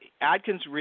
Adkins